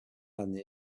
année